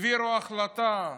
העבירו החלטה: